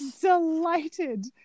delighted